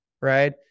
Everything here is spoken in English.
right